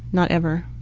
not ever.